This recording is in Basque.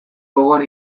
gogoan